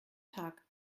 tag